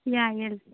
ꯌꯥꯏꯌꯦ